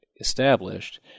established